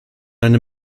eine